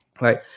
Right